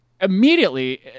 Immediately